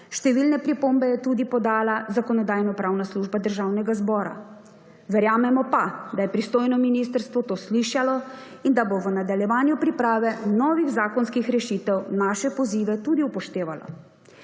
Številne pripombe je tudi podala Zakonodajno-pravna služba Državnega zbora. Verjamemo pa, da je pristojno Ministrstvo to slišalo, in da bo v nadaljevanju priprave novih zakonskih rešitev naše pozive tudi upoštevalo.